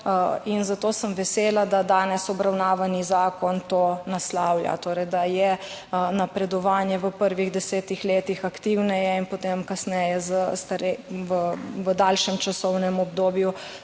zato sem vesela, da danes obravnavani zakon to naslavlja, torej, da je napredovanje v prvih desetih letih aktivneje, in potem kasneje v daljšem časovnem obdobju